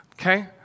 Okay